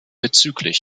bzgl